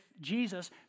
Jesus